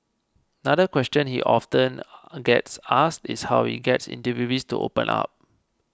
another question he often gets asked is how he gets interviewees to open up